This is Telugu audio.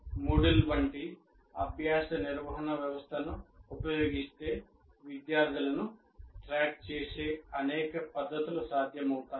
MOODLE వంటి అభ్యాస నిర్వహణ వ్యవస్థను ఉపయోగిస్తే విద్యార్థులను ట్రాక్ చేసే అనేక పద్ధతులు సాధ్యమవుతాయి